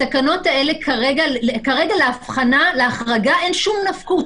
כרגע להחרגה אין שום נפקות,